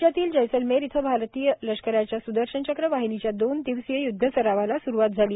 राजस्थानातील जैसलमेर इथं आरतीय लष्कराच्या सुदर्शनचक्र वाहिनीच्या दोन दिवसीय युध्द सरावाला सुरूवात झाली